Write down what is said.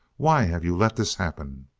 why have you let this happen!